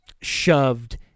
shoved